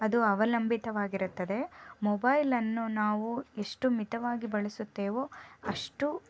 ಅದು ಅವಲಂಬಿತವಾಗಿರುತ್ತದೆ ಮೊಬೈಲ್ ಅನ್ನು ನಾವು ಎಷ್ಟು ಮಿತವಾಗಿ ಬಳಸುತ್ತೇವೊ ಅಷ್ಟು